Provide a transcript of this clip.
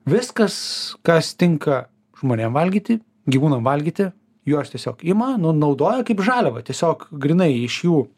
viskas kas tinka žmonėm valgyti gyvūnam valgyti juos tiesiog ima nu naudoja kaip žaliavą tiesiog grynai iš jų